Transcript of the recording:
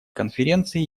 конференции